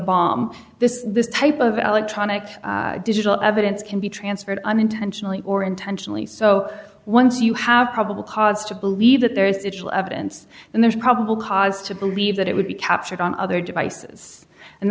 bomb this this type of alec tronic digital evidence can be transferred unintentionally or intentionally so once you have probable cause to believe that there is actual evidence and there's probable cause to believe that it would be captured on other devices and